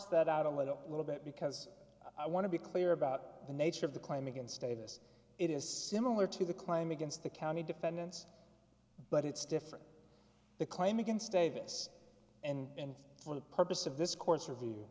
that out a little a little bit because i want to be clear about the nature of the claim against davis it is similar to the claim against the county defendants but it's different the claim against davis and for the purpose of this course